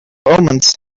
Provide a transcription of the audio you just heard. omens